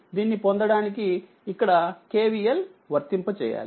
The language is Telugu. కాబట్టి దీన్ని పొందడానికిఇక్కడ KVL వర్తింప చేయాలి